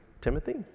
Timothy